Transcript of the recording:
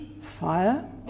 fire